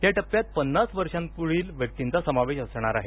या टप्प्यात पन्नास वर्षांपुढील व्यक्तींचा समावेश असणार आहे